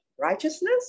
righteousness